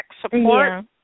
support